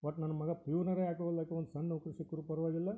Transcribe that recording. ಒಟ್ಟು ನನ್ನ ಮಗ ಪ್ಯುನರೆ ಆಗುವಲ್ಯಾಕ ಒಂದು ಸಣ್ಣ ನೌಕರಿ ಸಿಕ್ಕರೂ ಪರವಾಗಿಲ್ಲ